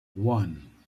one